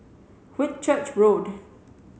Whitchurch Road